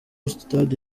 sitade